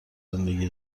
زندگی